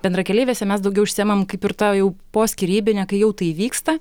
bendrakeleivėse mes daugiau užsiimam kaip ir ta jau poskyrybine kai jau tai įvyksta